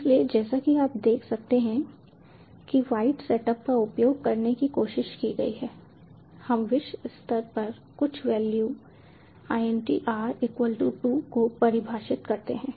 इसलिए जैसा कि आप देख सकते हैं कि वॉइड सेटअप का उपयोग करने की कोशिश की गई है हम विश्व स्तर पर कुछ वेल्यू int r 2 को परिभाषित करते हैं